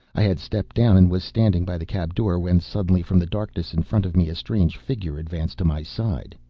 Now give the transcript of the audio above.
i had stepped down and was standing by the cab door when suddenly, from the darkness in front of me, a strange figure advanced to my side.